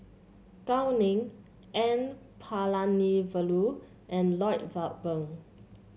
Gao Ning N Palanivelu and Lloyd Valberg